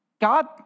God